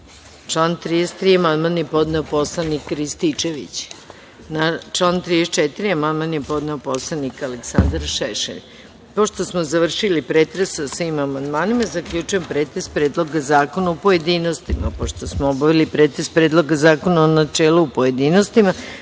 član 33. amandman je podneo poslanik Marjan Rističević. Na član 34. amandman je podneo poslanik Aleksandar Šešelj. Pošto smo završili pretres o svim amandmanima, zaključujem pretres Predloga zakona u pojedinostima. Pošto